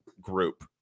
group